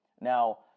Now